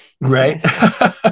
Right